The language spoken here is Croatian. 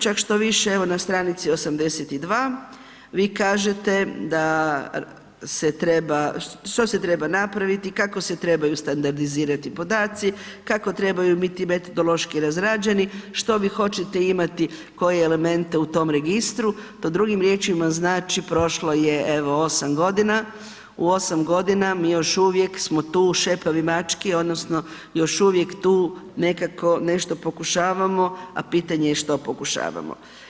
Čak štoviše evo na stranici 82 vi kažete da se treba, što se treba napraviti, kako se trebaju standardizirati podaci, kako trebaju biti metodološki razrađeni, što vi hoćete imati koje elemente u tom registru, to drugim riječima znači prošlo je evo osam godina, u osam godina mi još uvijek smo tu šepavi mački odnosno još uvijek tu nekako nešto pokušavamo, a pitanje je što pokušavamo.